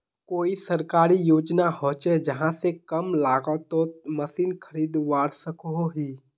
कोई सरकारी योजना होचे जहा से कम लागत तोत मशीन खरीदवार सकोहो ही?